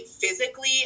physically